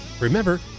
Remember